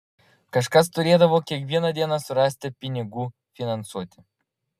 kažkas turėdavo kiekvieną dieną surasti pinigų finansuoti